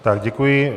Tak děkuji.